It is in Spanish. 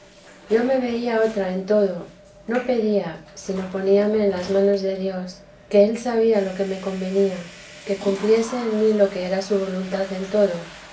yo me veía otra en todo no pedía sino poníame en las manos de dios que él sabía lo que me convenía que cumpliese en mí lo que era su voluntad en todo